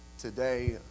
Today